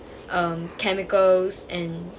um chemicals and